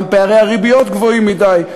גם פערי הריביות גבוהים מדי,